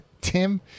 Tim